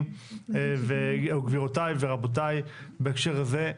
גבירותיי ורבותיי בהקשר הזה,